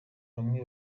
bamwe